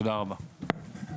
תודה רבה.